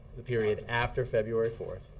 the period after february fourth,